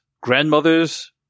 grandmother's